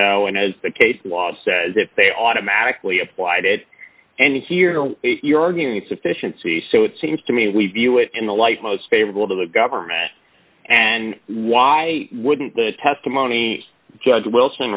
know and as the case law says if they automatically applied it and here you're arguing insufficiency so it seems to me we view it in the light most favorable to the government and why wouldn't the testimony judge wilson